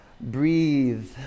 breathe